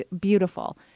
beautiful